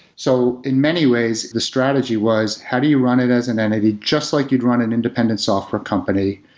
so in many ways, the strategy was how do you run it as an entity just like you'd run an independent software company?